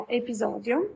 episodio